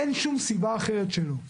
אין שום סיבה אחרת שלא.